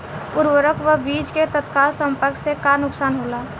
उर्वरक व बीज के तत्काल संपर्क से का नुकसान होला?